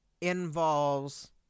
involves